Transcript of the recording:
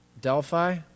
Delphi